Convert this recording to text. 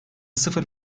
sıfır